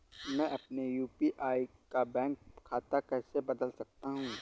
मैं अपने यू.पी.आई का बैंक खाता कैसे बदल सकता हूँ?